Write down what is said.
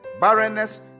barrenness